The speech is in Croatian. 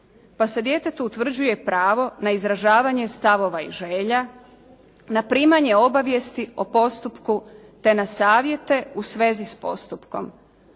pa se djetetu utvrđuje pravo na izražavanje stavova i želja na primanje obavijesti o postupku te na savjete u svezi s postupkom.